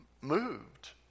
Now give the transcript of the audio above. moved